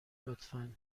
لطفا